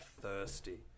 thirsty